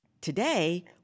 Today